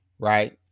Right